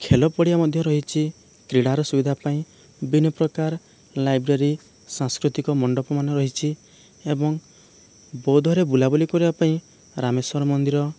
ଖେଳପଡ଼ିଆ ମଧ୍ୟ ରହିଛି କ୍ରୀଡ଼ାର ସୁବିଧା ପାଇଁ ବିଭିନ୍ନ ପ୍ରକାର ଲାଇବ୍ରେରୀ ସାଂସ୍କୃତିକ ମଣ୍ଡପମାନ ରହିଛି ଏବଂ ବୌଦ୍ଧରେ ବୁଲାବୁଲି କରିବା ପାଇଁ ରାମେଶ୍ୱର ମନ୍ଦିର